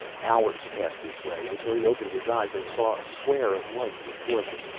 hours passed this way, until he opened his eyes and saw a square of light before them.